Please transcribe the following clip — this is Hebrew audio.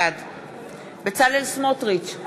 בעד בצלאל סמוטריץ,